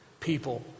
People